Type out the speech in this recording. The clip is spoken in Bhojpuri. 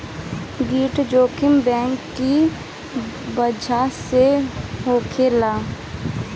ऋण जोखिम बैंक की बजह से होखेला